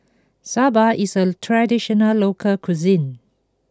Soba is a traditional local cuisine